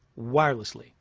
wirelessly